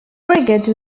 brigade